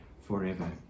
forever